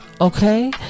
okay